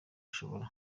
ashobora